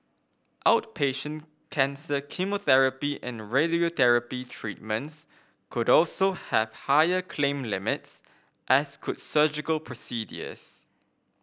outpatient cancer chemotherapy and radiotherapy treatments could also have higher claim limits as could surgical